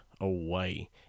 away